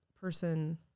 person